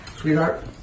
sweetheart